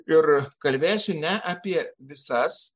ir kalbėsiu ne apie visas